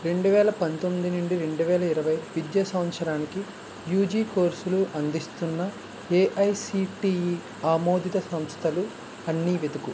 రెండు వేల పంతొమ్మిది నుండి రెండు వేల ఇరవై విద్యా సంవత్సరానికి యూజీ కోర్సులు అందిస్తున్న ఏఐసిటిఈ ఆమోదిత సంస్థలు అన్ని వెతుకు